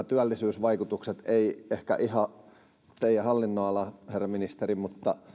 työllisyysvaikutukset ne eivät ehkä ihan ole teidän hallinnonalaanne herra ministeri mutta